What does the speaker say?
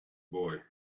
boy